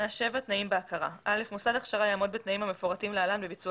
"תנאים בהכרה מוסד הכשרה יעמוד בתנאים המפורטים להלן בביצוע